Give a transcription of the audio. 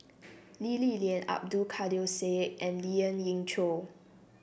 Lee Li Lian Abdul Kadir Syed and Lien Ying Chow